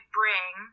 bring